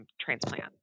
transplant